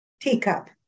teacup